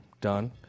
done